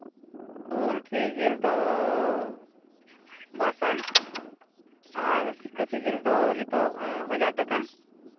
poultry ᱡᱤᱞ ᱫᱚ ᱵᱟᱨ ᱥᱟᱭ ᱟᱨ ᱠᱷᱟᱹᱥᱤ ᱡᱤᱞ ᱫᱚ ᱱᱤᱛᱚᱜ ᱦᱟᱡᱟᱨ ᱴᱟᱠᱟ